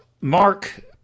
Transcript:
Mark